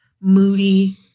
moody